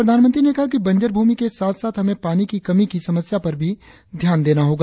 प्रधानमंत्री ने कहा कि बंजर भूमि के साथ साथ हमें पानी की कमी की समस्या पर भी ध्यान देना होगा